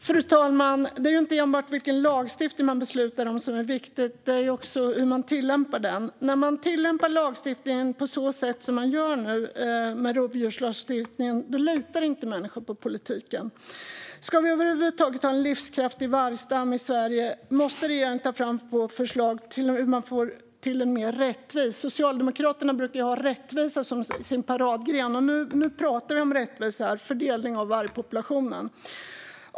Fru talman! Det är inte enbart vilken lagstiftning som man beslutar om som är viktigt. Det är också hur man tillämpar den. När man tillämpar lagstiftning på så sätt som man nu gör med rovdjurslagstiftningen litar inte människor på politiken. Ska vi över huvud taget ha en livskraftig vargstam i Sverige måste regeringen ta fram förslag på hur man får till en mer rättvis fördelning. Socialdemokraterna brukar ha rättvisa som sin paradgren. Nu talar vi om rättvisa i fördelning av vargpopulationen.